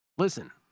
Listen